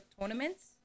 tournaments